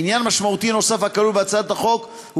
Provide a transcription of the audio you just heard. עניין משמעותי נוסף הכלול בהצעת החוק הוא